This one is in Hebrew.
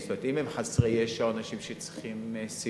כלומר אם הם חסרי ישע או אנשים שצריכים סיוע,